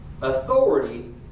authority